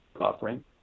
offering